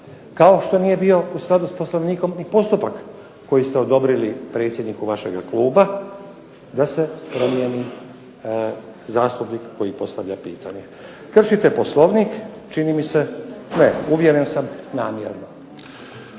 kao što nije bio u skladu s Poslovnikom ni postupak koji ste odobrili predsjedniku vašega kluba da se promijeni zastupnik koji postavlja pitanje. Kršite Poslovnik čini mi se, ne, uvjeren sam namjerno.